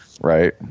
right